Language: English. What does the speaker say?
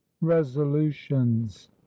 resolutions